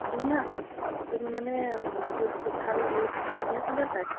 ধুনীয়া তুমি মানে ইউজ কৰি ভাল ধুনীয়া চেণ্ডেল পায়